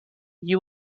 you